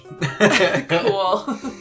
Cool